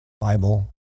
Bible